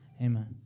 Amen